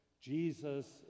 Jesus